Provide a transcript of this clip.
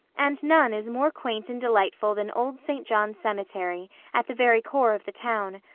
and none is more quaint and delightful than old st. john's cemetery at the very core of the town,